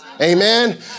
Amen